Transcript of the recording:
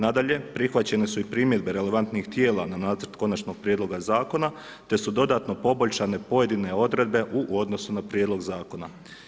Nadalje, prihvaćene su i primjedbe relevantnih tijela na nacrt konačnog prijedloga zakona, te su dodatno poboljšane pojedine odredbe u odnosu na prijedlog zakona.